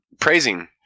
praising